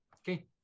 Okay